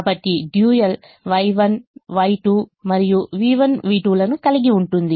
కాబట్టి dual Y1Y2 మరియు v1 v2 లను కలిగి ఉంటుంది